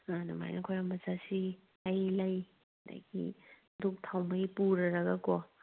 ꯑꯥ ꯑꯗꯨꯃꯥꯏꯅ ꯈꯨꯔꯨꯝꯕ ꯆꯠꯁꯤ ꯍꯩ ꯂꯩ ꯑꯗꯒꯤ ꯗꯨꯛ ꯊꯥꯎꯃꯩ ꯄꯨꯔꯒꯀꯣ